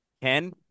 Ken